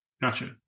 Gotcha